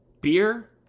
beer